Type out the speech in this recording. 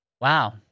wow